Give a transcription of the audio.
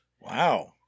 Wow